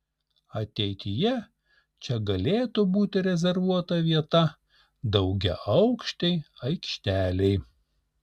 ateityje čia galėtų būti rezervuota vieta daugiaaukštei aikštelei